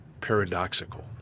paradoxical